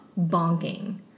bonking